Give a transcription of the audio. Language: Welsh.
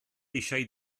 eisiau